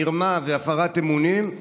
מרמה והפרת אמונים,